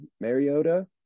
Mariota